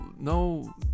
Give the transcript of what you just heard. no